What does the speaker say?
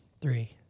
Three